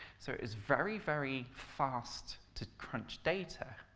so it was very very fast to crunch data,